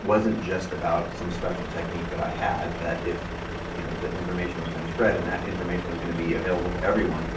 wasn't just about some special technique that i had, that if you know the information was going to spread and that information was going to be available to everyone,